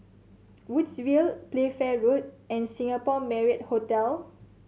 Woodsville Playfair Road and Singapore Marriott Hotel